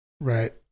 right